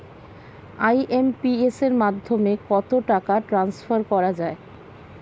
IMPS এর মাধ্যমে কত টাকা ট্রান্সফার করা যায়?